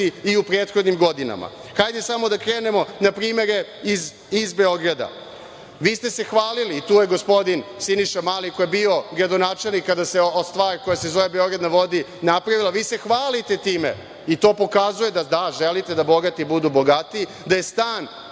i prethodnim godinama. Hajde smo da krenemo na primere iz Beograda. Vi ste se hvalili, tu je gospodin Siniša Mali koji je bio gradonačelnik kada se ova stvar koja se zove Beograd na vodi napravila, vi se hvalite time i to pokazuje da želite da bogati budu bogatiji, gde je